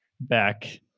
back